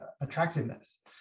attractiveness